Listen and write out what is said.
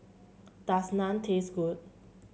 does Naan taste good